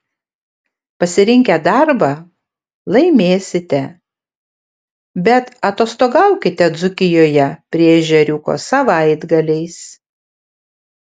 pasirinkę darbą laimėsite bet atostogaukite dzūkijoje prie ežeriuko savaitgaliais